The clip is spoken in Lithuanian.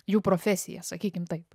jų profesija sakykime taip